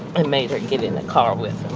and made her get in the car with